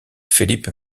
felipe